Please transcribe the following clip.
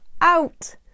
out